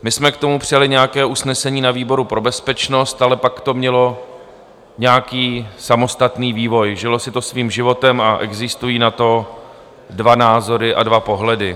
My jsme k tomu přijali nějaké usnesení na výboru pro bezpečnost, ale pak to mělo nějaký samostatný vývoj, žilo si to svým životem a existují na to dva názory a dva pohledy.